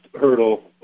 hurdle